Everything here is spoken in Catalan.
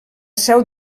seu